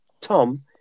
Tom